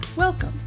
Welcome